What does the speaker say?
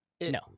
No